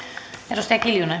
arvoisa